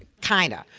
kinda.